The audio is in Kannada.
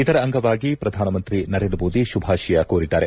ಇದರ ಅಂಗವಾಗಿ ಪ್ರಧಾನಮಂತ್ರಿ ನರೇಂದ್ರಮೋದಿ ಶುಭಾಶಯ ಕೋರಿದ್ದಾರೆ